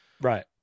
Right